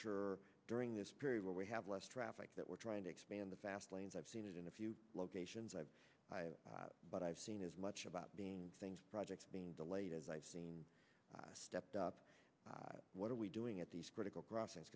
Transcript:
sure during this period where we have less traffic that we're trying to expand the fast lanes i've seen it in a few locations i've but i've seen as much about being projects being delayed as i've seen stepped up what are we doing at these critical crossings